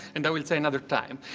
and i will say another time,